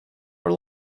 our